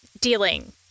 dealing